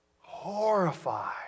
horrified